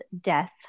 Death